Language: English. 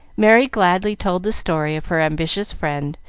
merry gladly told the story of her ambitious friend,